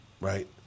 right